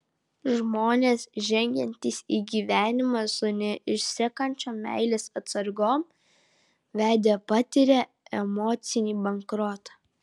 žmonės žengiantys į gyvenimą su neišsenkančiom meilės atsargom vedę patiria emocinį bankrotą